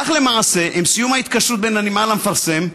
כך, למעשה, עם סיום ההתקשרות בין הנמען למפרסם,